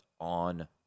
on